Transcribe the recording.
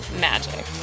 magic